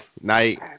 night